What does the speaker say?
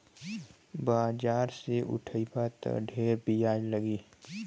बाजारे से उठइबा त ढेर बियाज लगी